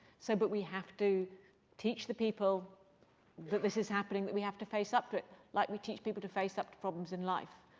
so but we have to teach the people that this is happening, that we have to face up to it, like we teach people to face up to problems in life.